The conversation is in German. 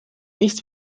nichts